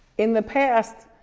in the past,